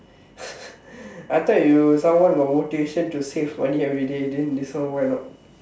I thought you someone got motivation to save money everyday then this one why not